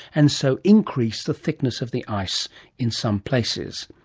and so increase the thickness of the ice in some places.